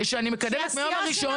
שאני מקדמת מהיום הראשון.